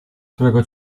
którego